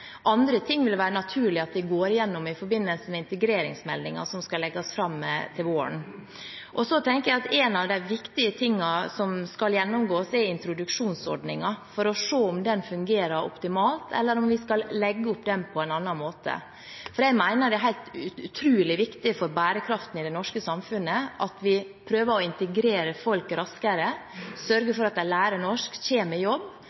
Andre ting vil det være naturlig at vi går igjennom i forbindelse med integreringsmeldingen som skal legges fram til våren. Så tenker jeg at én av de viktige tingene som skal gjennomgås, er introduksjonsordningen, for å se om den fungerer optimalt, eller om vi skal legge den opp på en annen måte. Jeg mener det er utrolig viktig for bærekraften i det norske samfunnet at vi prøver å integrere folk raskere, sørger for at de lærer norsk, kommer i jobb